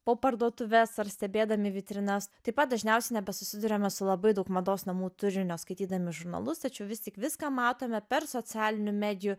po parduotuves ar stebėdami vitrinas taip pat dažniausiai nebesusiduriame su labai daug mados namų turinio skaitydami žurnalus tačiau vis tik viską matome per socialinių medijų